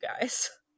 guys